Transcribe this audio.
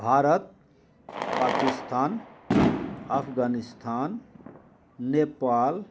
Bharat Pakistan Afghanistan Nepal